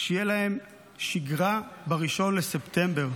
שתהיה להם שגרה ב-1 בספטמבר.